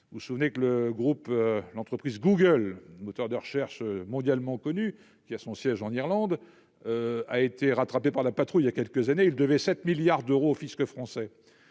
vous souvenez que le groupe l'entreprise Google, moteur de recherche mondialement connu, qui a son siège en Irlande, a été rattrapé par la patrouille y a quelques années, il devait 7 milliards d'euros au Fisc français